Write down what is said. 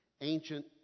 Ancient